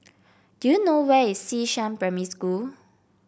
do you know where is Xishan Primary School